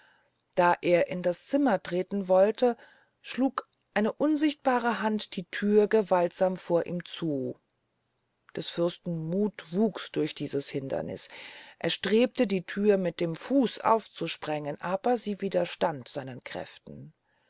da er in das zimmer treten wollte schlug eine unsichtbare hand die thür gewaltsam vor ihm zu des fürsten muth wuchs durch dieses hinderniß er strebte die thür mit dem fuß aufzusprengen aber sie widerstand seinen kräften